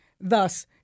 Thus